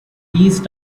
these